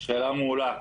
שאלה מעולה.